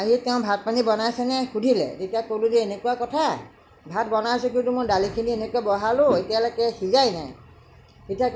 আহি তেওঁ ভাত পানী বনাইছেনে নাই সুধিলে তেতিয়া ক'লোঁ যে এনেকুৱা কথা ভাত বনাইছোঁ কিন্তু দালিখিনি এনেকে বহালোঁ এতিয়ালৈকে সিজাই নাই